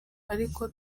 ariko